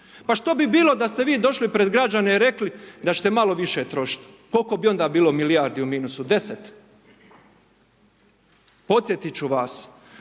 Pa što bi bilo da ste vi došli pred građane i rekli da ćete malo više trošiti. Koliko bi onda bilo milijardi u minusu? 10? Podsjetiti ću vas,